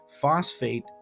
phosphate